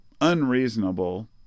unreasonable